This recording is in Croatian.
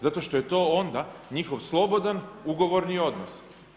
Zato što je to onda njihov slobodan ugovorni odnos.